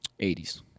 80s